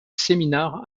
seminar